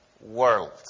world